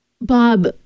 Bob